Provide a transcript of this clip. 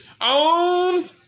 On